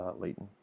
Leighton